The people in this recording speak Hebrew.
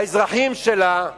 האזרחים שלה,